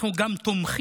אנחנו גם תומכים,